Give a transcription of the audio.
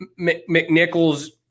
McNichols